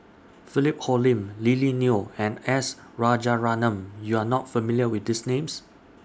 Philip Hoalim Lily Neo and S Rajaratnam YOU Are not familiar with These Names